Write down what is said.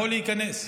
יכול להיכנס.